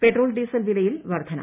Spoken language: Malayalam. പെട്രോൾ ഡീസൽ വിലയിൽ വർധന